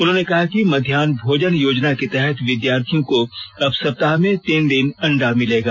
उन्होंने कहा कि मध्याह भोजन योजना के तहत विद्यार्थियों को अब सप्ताह में तीन दिन अंडा मिलेगा